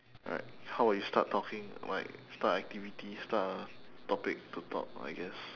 alright how about you start talking like start activity start a topic to talk I guess